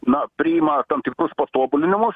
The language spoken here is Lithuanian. na priima tam tikrus patobulinimus